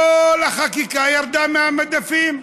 כל החקיקה ירדה מהמדפים.